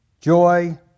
joy